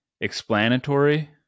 explanatory